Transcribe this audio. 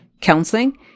counseling